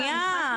שנייה,